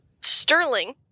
Sterling